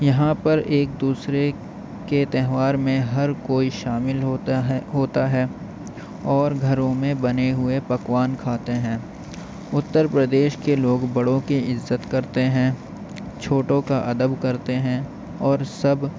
یہاں پر ایک دوسرے کے تہوار میں ہر کوئی شامل ہوتا ہے ہوتا ہے اور گھروں میں بنے ہوئے پکوان کھاتے ہیں اتّر پردیش کے لوگ بڑوں کی عزت کرتے ہیں چھوٹوں کا ادب کرتے ہیں اور سب